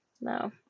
No